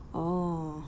oh